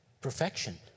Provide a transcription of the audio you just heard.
Perfection